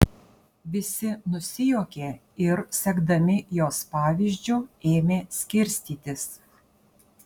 visi nusijuokė ir sekdami jos pavyzdžiu ėmė skirstytis